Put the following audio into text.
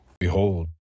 Behold